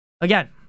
Again